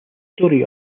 story